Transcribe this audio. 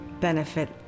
benefit